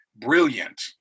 brilliant